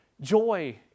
Joy